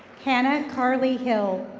canon carlie hill.